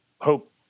hope